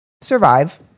Survive